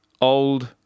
old